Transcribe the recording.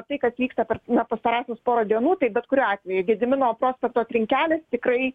tai kas vyksta per na pastarąsias porą dienų tai bet kuriuo atveju gedimino prospekto trinkelės tikrai